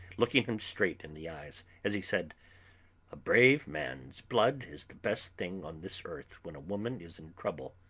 looking him straight in the eyes as he said a brave man's blood is the best thing on this earth when a woman is in trouble.